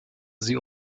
sie